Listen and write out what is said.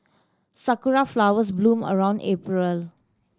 sakura flowers bloom around April